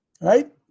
right